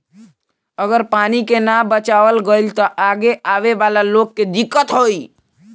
अगर पानी के ना बचावाल गइल त आगे आवे वाला लोग के दिक्कत होई